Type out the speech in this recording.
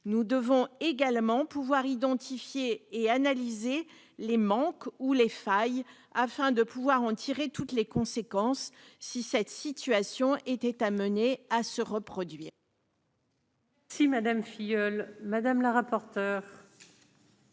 nous devons également pouvoir identifier et analyser les manques ou les failles afin de pouvoir en tirer toutes les conséquences si cette situation était amenée à se reproduire.